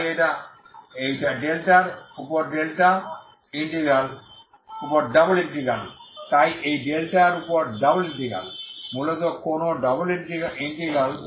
তাই এই ডেল্টা র উপর ডাবল ইন্টিগ্রাল তাই এই ডেল্টা র উপর ডাবল ইন্টিগ্রাল মূলত কোন ডাবল ইন্টিগ্রাল